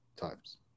times